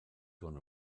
gone